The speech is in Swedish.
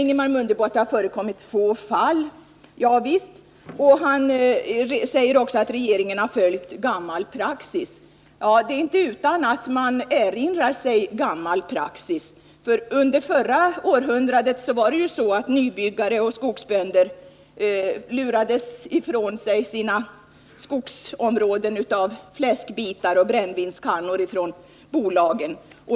Ingemar Mundebo säger att det har förekommit få likartade fall och att regeringen har följt gammal praxis. Det är inte utan att man erinrar sig gammal praxis, för under förra århundradet var det ju så att nybyggare och skogsbönder lurades att mot fläskbitar och brännvinskaggar lämna ifrån sig sina skogsområden till bolagen.